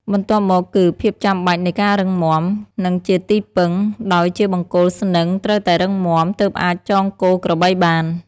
បន្ទាប់មកគឺ ភាពចាំបាច់នៃការរឹងមាំ និងជាទីពឹង ដោយជាបង្គោលស្នឹងត្រូវតែរឹងមាំ ទើបអាចចងគោក្របីបាន។